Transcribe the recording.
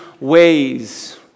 ways